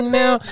now